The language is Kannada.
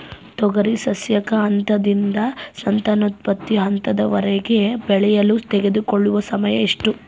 ತೊಗರಿ ಸಸ್ಯಕ ಹಂತದಿಂದ ಸಂತಾನೋತ್ಪತ್ತಿ ಹಂತದವರೆಗೆ ಬೆಳೆಯಲು ತೆಗೆದುಕೊಳ್ಳುವ ಸಮಯ ಎಷ್ಟು?